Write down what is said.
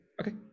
Okay